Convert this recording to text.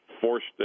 forced